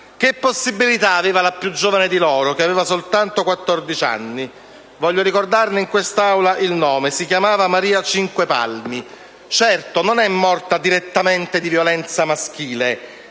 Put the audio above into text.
Che possibilità aveva la più giovane di loro, che aveva soltanto 14 anni? Voglio ricordarne in quest'Aula il nome: si chiamava Maria Cinquepalmi. Certo non è morta direttamente di violenza maschile,